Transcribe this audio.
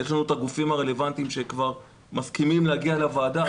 יש לנו את הגופים הרלוונטיים שכבר מסכימים להגיע לוועדה,